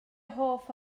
hoff